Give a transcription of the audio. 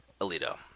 Alito